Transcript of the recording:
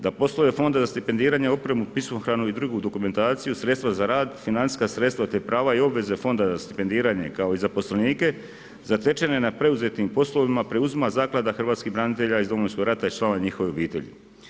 Da poslove Fonda za stipendiranje, opremu, pismohranu i drugu dokumentaciju, sredstva za rad, financijska sredstva te prava i obveze Fonda za stipendiranje kao i zaposlenike zatečene na preuzetim poslovima preuzima Zaklada hrvatskih branitelja iz Domovinskog rata i članova njihovih obitelji.